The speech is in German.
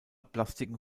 plastiken